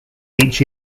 each